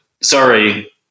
sorry